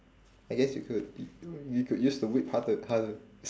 I guess you could yo~ you you could use the whip ho~ to h~ to